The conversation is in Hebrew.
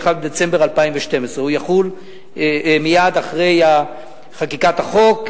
31 בדצמבר 2012. הוא יחול מייד אחרי חקיקת החוק,